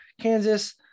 Kansas